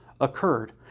occurred